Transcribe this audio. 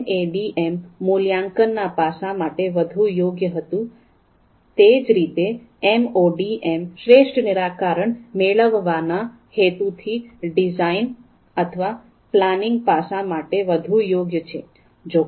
MADM મૂલ્યાંકનના પાસા માટે વધુ યોગ્ય હતું તેજ રીતે એમઓડીએમ શ્રેષ્ઠ નિરાકારણ મેળવવાના હેતુથી ડિઝાઇન અથવા પ્લાનિંગ પાસા માટે વધુ યોગ્ય છે